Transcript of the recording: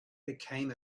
became